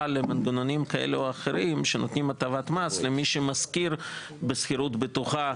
למנגנונים כאלה או אחרים שנותנים הטבת מס למי שמשכיר בשכירות בטוחה,